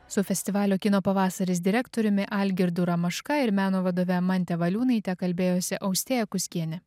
su festivalio kino pavasaris direktoriumi algirdu ramaška ir meno vadove mante valiūnaite kalbėjosi austėja kuskienė